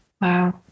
Wow